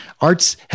arts